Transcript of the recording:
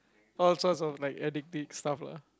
all sorts of like addictive stuff lah